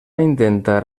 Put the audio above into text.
intentar